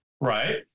right